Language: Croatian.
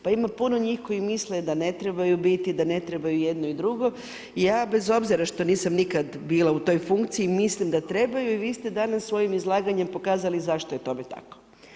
Pa ima puno njih koji misle da ne trebaju biti, da ne trebaju jedno i drugo, ja bez obzira što nisam nikad bila u toj funkciji mislim da trebaju i vi ste danas svojim izlaganjem pokazali zašto je tome tako.